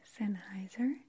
Sennheiser